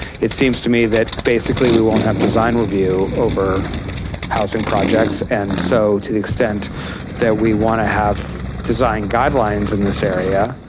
it seems to me that basically we won't have design review over housing projects. and so to the extent that we want to have design guidelines in this area,